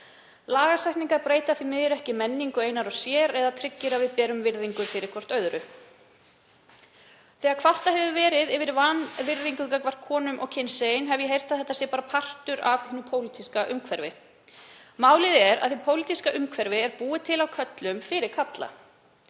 Lagasetning breytir því miður ekki menningu ein og sér eða tryggir að við berum virðingu hvert fyrir öðru. Þegar kvartað hefur verið yfir vanvirðingu gagnvart konum og kynsegin hef ég heyrt að þetta sé bara partur af hinu pólitíska umhverfi. Málið er að hið pólitíska umhverfi er búið til af körlum fyrir karla.